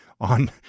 on